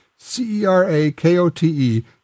C-E-R-A-K-O-T-E